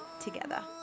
together